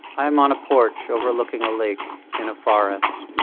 i am on a porch overlooking a lake in a forest.